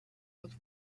with